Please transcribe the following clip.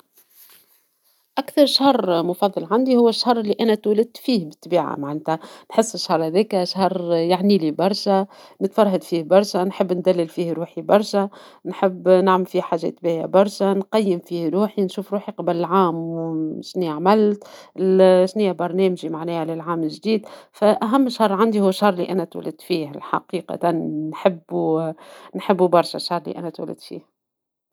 أكثر شهر مفضل عندي هو الشهر لي أنا تولدت فيه ، بالطبيعة معناتها نحس الشهر هذا يعنيلي برشا ، نتفرهد فيه برشا ، نحب ندلل فيه روحي برشا ، نحب نعمل فيه حاجات باهيا برشا ،نقيم فيه روحي ، نشوف روحي قبل عام وشنيا عملت ، وشنيا برنامجي للعام الجديد ، فأهم شهر عندي هو الشهر لي أنا تولدت فيه حقيقة ، نحبو نحبو برشا الشهر لي أنا تولدت فيه.